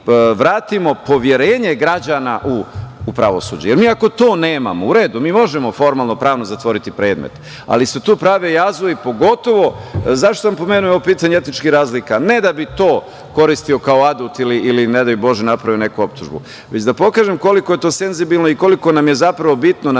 poverenje građana u pravosuđe, jer mi ako to nemamo u redu, mi možemo formalno pravno zatvoriti predmet, ali se tu prave jazovi, pogotovo, zašto sam pomenuo ovo pitanje etničkih razlika, ne da bi to koristio kao adut ili ne daj Bože napravio neku optužbu već da pokažem koliko je to senzibilno i koliko nam je zapravo bitno u